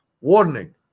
warning